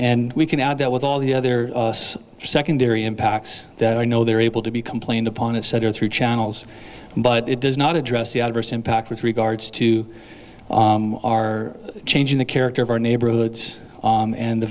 and we can add that with all the other secondary impacts that i know they're able to be complained upon it said through channels but it does not address the adverse impact with regards to our changing the character of our neighborhoods and the